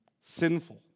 Sinful